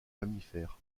mammifères